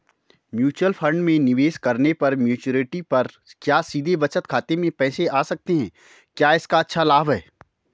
Mutual fund में निवेश करने पर मैच्योरिटी पर क्या सीधे बचत खाते में पैसे आ सकते हैं क्या इसका अच्छा लाभ है?